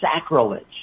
sacrilege